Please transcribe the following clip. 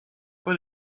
fois